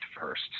first